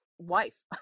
wife